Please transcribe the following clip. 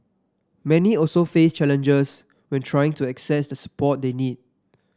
many also face challenges when trying to access the support they need